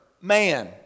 man